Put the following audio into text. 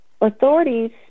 Authorities